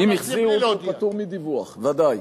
אם החזיר, הוא פטור מדיווח, ודאי.